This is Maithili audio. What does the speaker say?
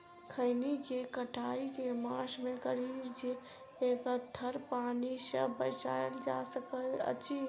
खैनी केँ कटाई केँ मास मे करू जे पथर पानि सँ बचाएल जा सकय अछि?